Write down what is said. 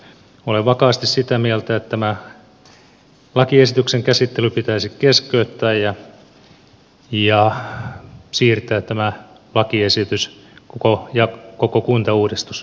minä olen vakaasti sitä mieltä että tämän lakiesityksen käsittely pitäisi keskeyttää ja siirtää tämä lakiesitys ja koko kuntauudistus parlamentaariseen valmisteluun